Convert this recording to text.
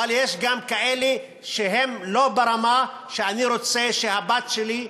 אבל יש גם כאלה שהם לא ברמה שאני רוצה שהבת שלי,